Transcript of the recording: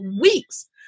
weeks